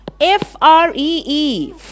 F-R-E-E